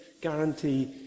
guarantee